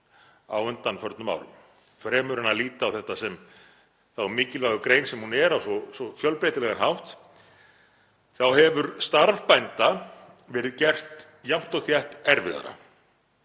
á undanförnum árum. Fremur en að líta á þetta sem þá mikilvægu grein sem hún er á svo fjölbreytilegan hátt þá hefur starf bænda verið gert jafnt og þétt erfiðara